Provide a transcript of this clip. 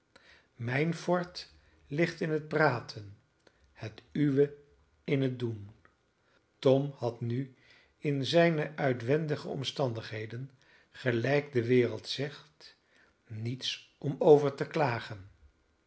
mijn fort ligt in het praten het uwe in het doen tom had nu in zijne uitwendige omstandigheden gelijk de wereld zegt niets om over te klagen